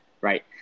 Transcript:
right